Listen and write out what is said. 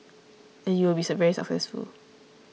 and you will be very successful